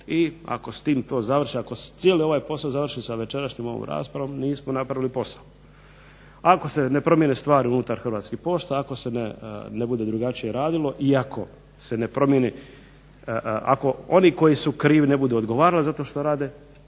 i ako s tim to završi ako se cijeli ovaj posao završi sa večerašnjom ovom raspravom mi smo napravili posao. Ako se ne promijene stvari unutar Hrvatskih pošta ako se ne bude drugačije radilo i ako se ne promijeni ako oni koji su krivi ne budu odgovarali za to što rade,